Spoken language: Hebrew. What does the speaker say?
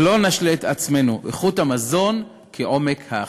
שלא נשלה את עצמנו, איכות המזון כעומק האכיפה.